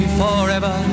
forever